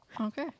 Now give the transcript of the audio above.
Okay